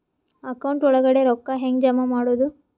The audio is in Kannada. ಅಕೌಂಟ್ ಒಳಗಡೆ ರೊಕ್ಕ ಹೆಂಗ್ ಜಮಾ ಮಾಡುದು?